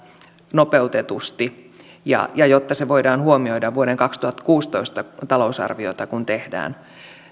nopeutetusti ja ja jotta se voidaan huomioida kun vuoden kaksituhattakuusitoista talousarviota tehdään